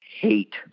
hate